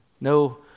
No